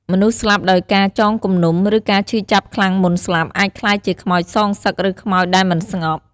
មនុស្សស្លាប់ដោយការចងគំនុំ ឬការឈឺចាប់ខ្លាំងមុនស្លាប់ អាចក្លាយជាខ្មោចសងសឹក ឬខ្មោចដែលមិនស្ងប់។